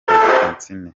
francine